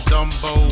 Dumbo